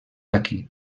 aquí